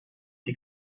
die